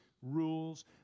rules